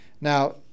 Now